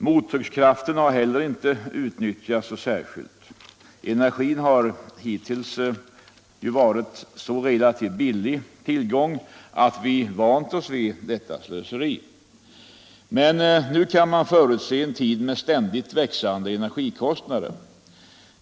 Mottryckskraften har inte heller utnyttjats särskilt mycket. Energin har relativt sett hittills varit så billig att vi vant oss vid detta slöseri. Men nu kan vi förutse en tid med ständigt växande energikostnader.